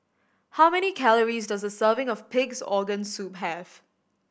how many calories does a serving of Pig's Organ Soup have